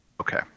Okay